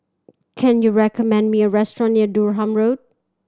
can you recommend me a restaurant near Durham Road